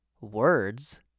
words